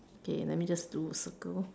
okay let me just do a circle